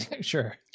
Sure